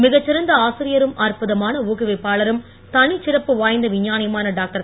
மிகச்சிறந்த ஆசிரியரும் அற்புதமான ஊக்குவிப்பாளரும் தனிச்சிறப்பு வாய்ந்த விஞ்ஞானியுமான டாக்டர்